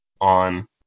on